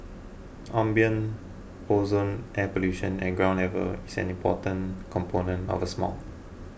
ambient ozone air pollution at ground level is an important component of smog